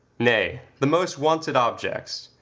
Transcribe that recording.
nay, the most wonted objects,